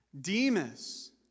Demas